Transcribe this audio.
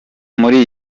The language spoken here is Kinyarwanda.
muri